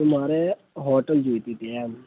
તો મારે હોટલ જોઇતી હતી એમ